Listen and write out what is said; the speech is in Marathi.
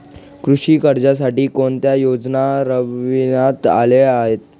कृषी कर्जासाठी कोणत्या योजना राबविण्यात आल्या आहेत?